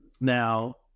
Now